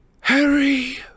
Harry